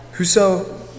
Whoso